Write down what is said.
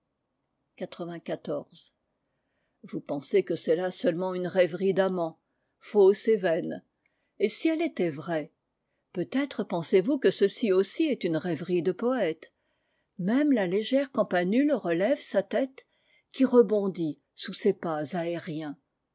vous pensez que c'est là seulement une rêverie d'amant fausse et vaine a et si elle était vraie peut-être pensez-vous que ceci aussi est une rêverie de poète même la légère campanule relève sa tête qui rebondit sous ses pas aériens